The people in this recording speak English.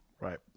Right